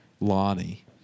Lonnie